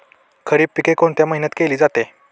खरीप पिके कोणत्या महिन्यात केली जाते?